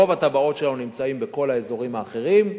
רוב התב"עות שלנו נמצאות בכל האזורים האחרים.